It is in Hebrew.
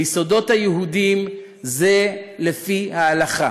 והיסודות היהודיים הם לפי ההלכה.